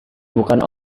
bukan